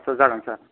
आत्सा जागोन सार